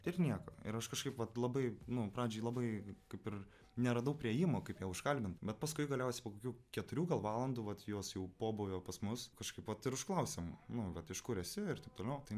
ir nieko ir aš kažkaip vat labai nu pradžioj labai kaip ir neradau priėjimo kaip ją užkalbint bet paskui galiausiai po kokių keturių valandų vat jos jau pobūvio pas mus kažkaip vat ir užklausėm nu vat iš kur esi ir taip toliau tai